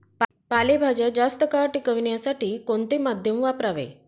पालेभाज्या जास्त काळ टिकवण्यासाठी कोणते माध्यम वापरावे?